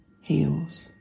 heals